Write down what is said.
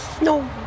No